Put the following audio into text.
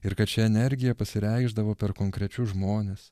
ir kad ši energija pasireikšdavo per konkrečius žmones